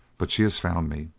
but she has found me